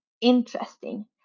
interesting